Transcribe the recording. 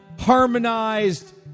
harmonized